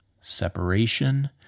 separation